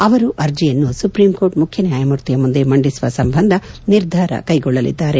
ಅವರು ಅರ್ಜಿಯನ್ನು ಸುಪ್ರೀಂಕೋರ್ಟ್ ಮುಖ್ಯ ನ್ವಾಯಮೂರ್ತಿಯ ಮುಂದೆ ಮಂಡಿಸುವ ಸಂಬಂಧ ನಿರ್ಧಾರ ಕೈಗೊಳ್ಳಲಿದ್ದಾರೆ